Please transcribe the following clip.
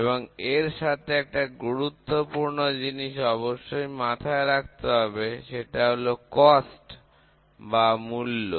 এবং এর সাথে একটা গুরুত্বপূর্ণ জিনিস অবশ্যই মাথায় রাখতে হবে সেটা হল মূল্য